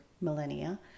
millennia